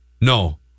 No